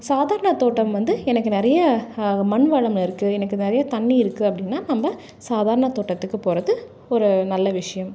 சாதாரண தோட்டம் வந்து எனக்கு நிறைய மண்வளம் இருக்குது எனக்கு நிறைய தண்ணி இருக்குது அப்படின்னா நம்ம சாதாரண தோட்டத்துக்கு போகிறது ஒரு நல்ல விஷயம்